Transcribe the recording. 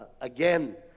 again